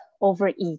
overeat